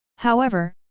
however,